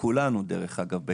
של כולנו יחד,